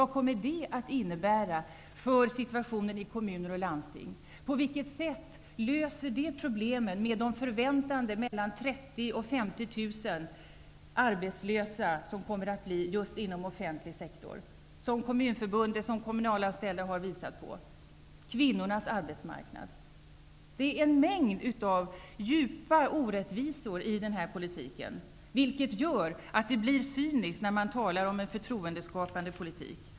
På vilket sätt löser det problemen med de förväntade mellan 30 000 och 50 000 arbetslösa, som Kommunförbundet och de kommunalanställda har visat på, just inom den offentliga sektorn, kvinnornas arbetsmarknad? Det är en mängd djupa orättvisor i den här politiken, vilket gör att det blir cyniskt när man talar om förtroendeskapande politik.